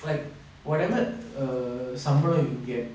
like whatever err சம்பலோ:sambalo you get